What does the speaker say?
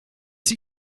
sie